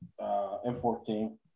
M14